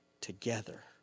together